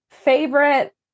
Favorite